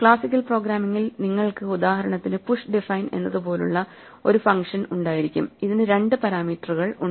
classical പ്രോഗ്രാമിംഗിൽ നിങ്ങൾക്ക് ഉദാഹരണത്തിന് പുഷ് ഡിഫൈൻ എന്നതുപോലുള്ള ഒരു ഫങ്ഷൻ ഉണ്ടായിരിക്കും ഇതിന് രണ്ട് പാരാമീറ്ററുകൾ ഉണ്ട്